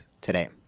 today